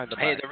Hey